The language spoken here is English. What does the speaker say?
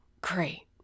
great